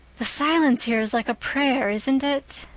the silence here is like a prayer, isn't it?